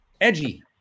edgy